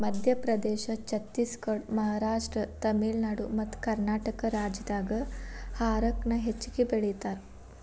ಮಧ್ಯಪ್ರದೇಶ, ಛತ್ತೇಸಗಡ, ಮಹಾರಾಷ್ಟ್ರ, ತಮಿಳುನಾಡು ಮತ್ತಕರ್ನಾಟಕ ರಾಜ್ಯದಾಗ ಹಾರಕ ನ ಹೆಚ್ಚಗಿ ಬೆಳೇತಾರ